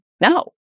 no